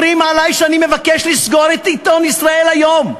אומרים עלי שאני מבקש לסגור את "ישראל היום",